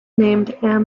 named